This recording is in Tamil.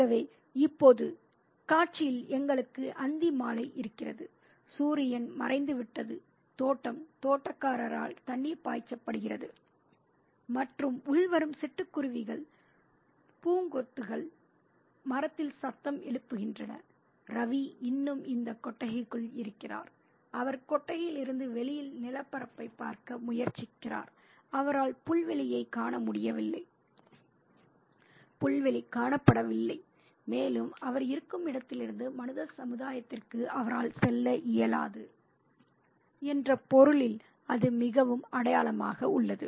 ஆகவே இப்போது காட்சியில் எங்களுக்கு அந்திமாலை இருக்கிறது சூரியன் மறைந்துவிட்டது தோட்டம் தோட்டக்காரரால் தண்ணீர் பாய்ச்சப்படுகிறது மற்றும் உள்வரும் சிட்டுக்குருவிகள் பூகெய்ன்வில்லா மரத்தில் சத்தம் எழுப்புகின்றன ரவி இன்னும் அந்தக் கொட்டகைக்குள் இருக்கிறார் அவர் கொட்டகையிலிருந்து வெளியில் நிலப்பரப்பைப் பார்க்க முயற்சிக்கிறார் அவரால் புல்வெளியைக் காண முடியவில்லை புல்வெளி காணப்படவில்லை மேலும் அவர் இருக்கும் இடத்திலிருந்து மனித சமுதாயத்திற்கு அவரால் செல்ல இயலாது என்ற பொருளில் அது மிகவும் அடையாளமாக உள்ளது